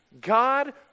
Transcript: God